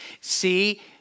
see